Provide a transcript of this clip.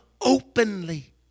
openly